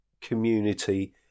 community